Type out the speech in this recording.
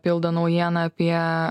pildo naujieną apie